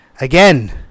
Again